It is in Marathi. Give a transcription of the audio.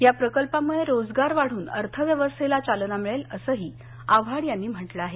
या प्रकल्पामुळ रोजगार वाढून अर्थव्यवस्थेला चालना मिळेल असंही आव्हाड यांनी म्हटलं आहे